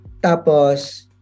Tapos